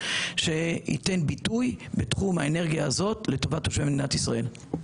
שייתן ביטוי בתחום האנרגיה הזאת לטובת תושבי מדינת ישראל.